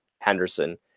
Henderson